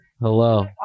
Hello